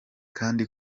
kandi